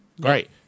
Great